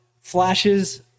flashes